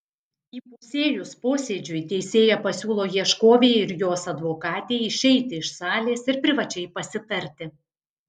įpusėjus posėdžiui teisėja pasiūlo ieškovei ir jos advokatei išeiti iš salės ir privačiai pasitarti